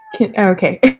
Okay